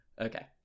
Okay